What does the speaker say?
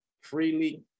freely